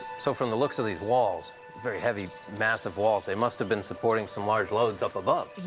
so from the looks of these walls very heavy massive, walls they must have been supporting some large loads up above.